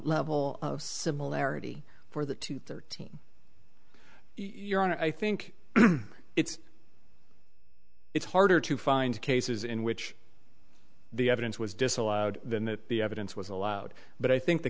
level of similarity for the two thirteen you're on i think it's it's harder to find cases in which the evidence was disallowed than that the evidence was allowed but i think the